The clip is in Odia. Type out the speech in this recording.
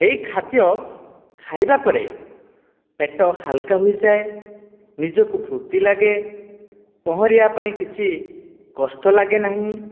ଏହି ଖାଦ୍ୟ ଖାଇବା ପରେ ପେଟ ହାଲକା ହୋଇଯାଏ ନିଜକୁ ଫୁର୍ତି ଲାଗେ ପହଁରିବା ପାଇଁ କିଛି କଷ୍ଟ ଲାଗେନାହିଁ